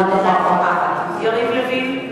אינה נוכחת יריב לוין,